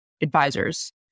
advisors